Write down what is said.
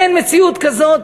אין מציאות כזאת